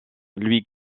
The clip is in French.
lui